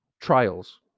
trials